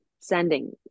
sending